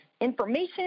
information